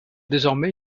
désormais